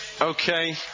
okay